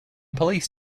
police